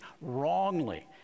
wrongly